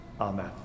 amen